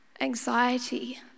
anxiety